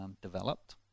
developed